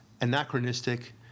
anachronistic